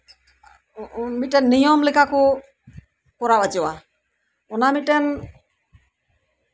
ᱩᱱ ᱢᱤᱫᱴᱮᱱ ᱱᱤᱭᱚᱢ ᱞᱮᱠᱟ ᱠᱚ ᱠᱚᱨᱟᱣ ᱦᱚᱪᱚᱠᱚᱜᱼᱟ ᱚᱱᱟ ᱢᱤᱫᱴᱮᱱ